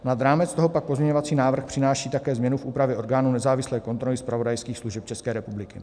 Nad rámec toho pak pozměňovací návrh přináší také změnu v úpravě orgánů nezávislé kontroly zpravodajských služeb České republiky.